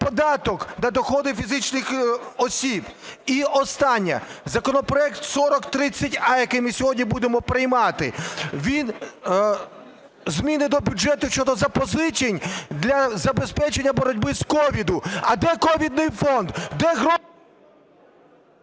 податок на доходи фізичних осіб. І останнє. Законопроект 4030а, який ми сьогодні будемо приймати, він… зміни до бюджету щодо запозичень для забезпечення боротьби з COVID. А де ковідний фонд, де…